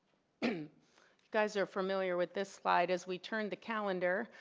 and guys are familiar with this slide. as we turn the calendar,